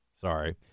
sorry